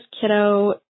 kiddo